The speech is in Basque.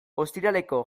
ostiraleko